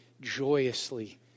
joyously